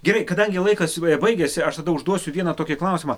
gerai kadangi laikas baigėsi aš tada užduosiu vieną tokį klausimą